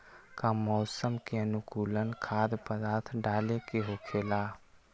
का मौसम के अनुकूल खाद्य पदार्थ डाले के होखेला?